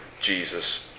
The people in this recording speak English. Jesus